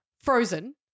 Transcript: Frozen